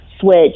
switch